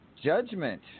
Judgment